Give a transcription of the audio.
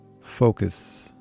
focus